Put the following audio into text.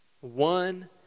one